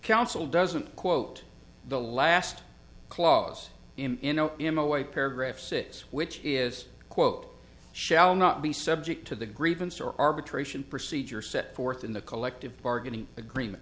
council doesn't quote the last clause in no him away paragraph six which is quote shall not be subject to the grievance or arbitration procedure set forth in the collective bargaining agreement